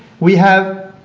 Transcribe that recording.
we have